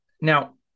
now